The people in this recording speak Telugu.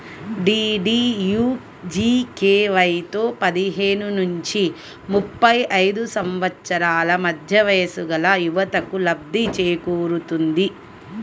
డీడీయూజీకేవైతో పదిహేను నుంచి ముప్పై ఐదు సంవత్సరాల మధ్య వయస్సుగల యువతకు లబ్ధి చేకూరుతుంది